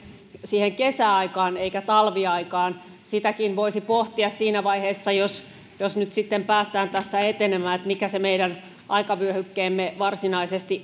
siihen kesäaikaan eikä talviaikaan sitäkin voisi pohtia siinä vaiheessa jos jos nyt sitten päästään tässä etenemään mikä se meidän aikavyöhykkeemme varsinaisesti